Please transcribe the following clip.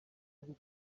bwo